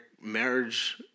marriage